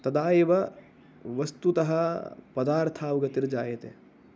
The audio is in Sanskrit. तदा एव वस्तुतः पदार्थावगतिर्जायते